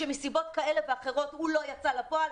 שמסיבות כאלו ואחרות לא יצא לפועל,